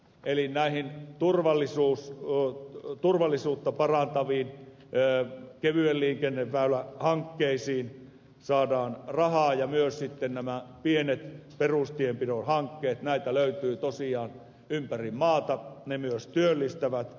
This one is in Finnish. eli näihin turvallisuutta parantaviin kevyen liikenteen väylähankkeisiin saadaan rahaa ja sitten nämä pienet perustienpidon hankkeet joita löytyy tosiaan ympäri maata myös työllistävät